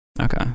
okay